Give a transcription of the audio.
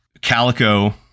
Calico